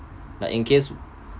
like in case